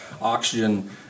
oxygen